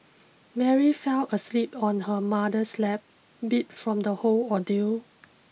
Mary fell asleep on her mother's lap beat from the whole ordeal